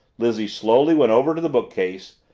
lizzie slowly went over to the bookcase,